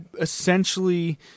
essentially